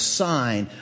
sign